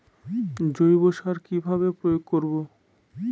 জৈব সার কি ভাবে প্রয়োগ করব?